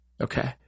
Okay